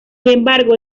embargo